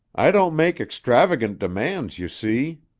i don't make extravagant demands, you see,